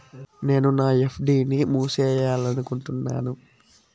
నేను నా ఎఫ్.డి ని మూసేయాలనుకుంటున్నాను